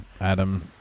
Adam